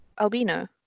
Albino